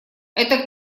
это